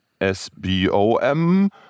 SBOM